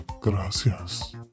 gracias